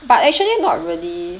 but actually not really